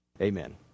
Amen